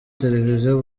televiziyo